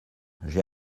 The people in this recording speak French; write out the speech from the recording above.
j’ai